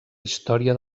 història